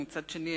ומצד שני,